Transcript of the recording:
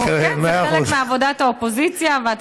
כן, זה חלק מעבודת האופוזיציה.